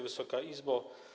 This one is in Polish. Wysoka Izbo!